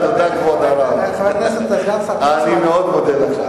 אני מאוד מודה לך.